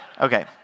Okay